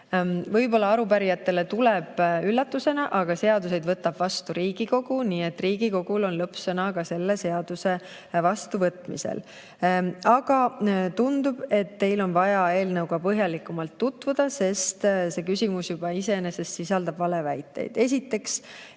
Võib-olla arupärijatele tuleb üllatusena, aga seadusi võtab vastu Riigikogu, nii et Riigikogul on lõppsõna ka selle seaduse vastuvõtmisel. Aga tundub, et teil on vaja eelnõuga põhjalikumalt tutvuda, sest see küsimus juba iseenesest sisaldab valeväiteid. Esiteks,